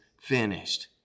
finished